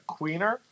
Queener